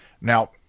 Now